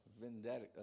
vendetta